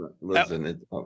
Listen